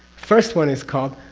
first one is called?